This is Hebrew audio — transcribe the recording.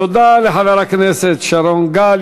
תודה לחבר הכנסת שרון גל.